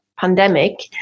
pandemic